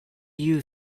you